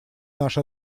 наши